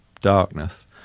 darkness